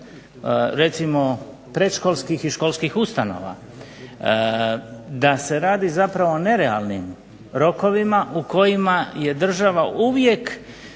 recimo predškolskih i školskih ustanova, da se radi zapravo o nerealnim rokovima u kojima je država uvijek